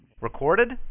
Recorded